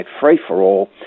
free-for-all